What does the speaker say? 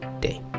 day